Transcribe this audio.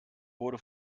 wurde